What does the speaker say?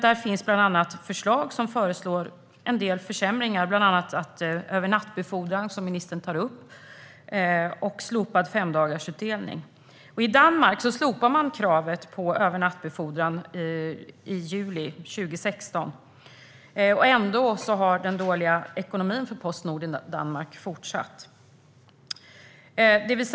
Där finns bland annat förslag om en del försämringar. Det gäller bland annat övernattbefordran, som ministern tar upp, och slopad femdagarsutdelning. I Danmark slopade man kravet på övernattbefordran i juli 2016. Ändå har den dåliga ekonomin för Postnord i Danmark fortsatt.